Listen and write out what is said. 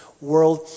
world